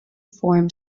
form